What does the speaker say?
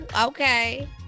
okay